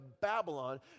Babylon